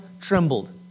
trembled